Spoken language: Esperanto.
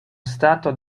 stato